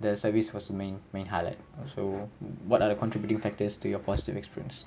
the service was the main main highlight so what are the contributing factors to your positive experience